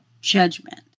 judgment